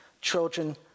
children